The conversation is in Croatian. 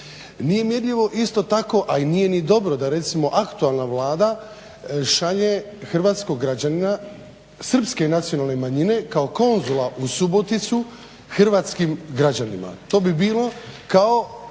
Nije mjerljivo isto tako, a i nije ni dobro, da recimo aktualna Vlada šalje hrvatskog građanina srpske nacionalne manjine kao konzula u Suboticu hrvatskim građanima. To bi bilo kao